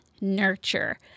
nurture